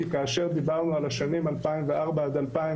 כי כאשר דיברנו על השנים 2004 עד 2008